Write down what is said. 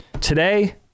Today